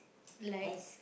like